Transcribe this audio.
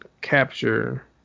capture